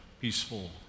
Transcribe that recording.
peaceful